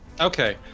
Okay